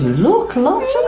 look lot's